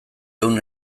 ehun